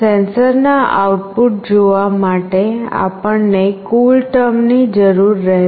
સેન્સરના આઉટપુટ જોવા માટે આપણને Coolterm ની જરૂર રહેશે